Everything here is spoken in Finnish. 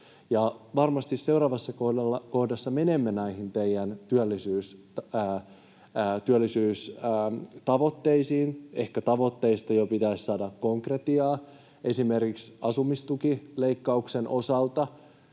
Varmasti seuraavassa kohdassa menemme näihin teidän työllisyystavoitteisiin, ehkä tavoitteista jo pitäisi saada konkretiaa. Esimerkiksi asumistukileikkauksen osalta,